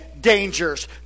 dangers